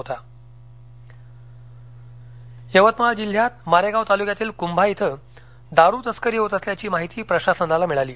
दारू यवतमाळ जिल्ह्यात मारेगाव तालुक्यातील कुंभा इथे दारू तस्करी होत असल्याची माहिती प्रशासनाला मिळाली